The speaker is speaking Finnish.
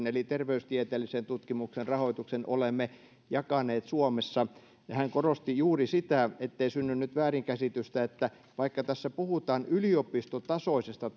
eli terveystieteellisen tutkimuksen rahoituksen olemme jakaneet suomessa niin hän korosti juuri sitä ettei synny nyt väärinkäsitystä että vaikka tässä puhutaan yliopistotasoisesta